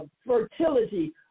fertility